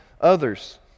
others